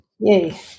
Yay